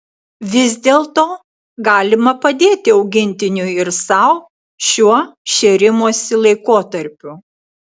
vis dėlto galima padėti augintiniui ir sau šiuo šėrimosi laikotarpiu